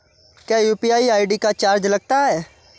क्या UPI ID का charge लगता है?